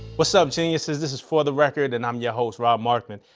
what's up geniuses? this is for the record and i'm your host rob markman.